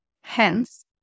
Hence